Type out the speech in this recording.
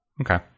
okay